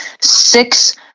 six